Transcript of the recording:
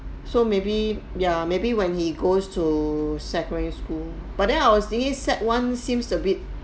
so maybe ya maybe when he goes to secondary school but then I was thinking sec one seems a bit